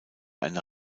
eine